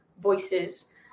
voices